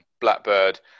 blackbird